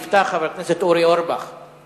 הצעות לסדר-היום מס' 2805,